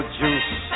juice